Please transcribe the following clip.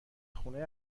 خونه